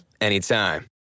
anytime